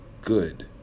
good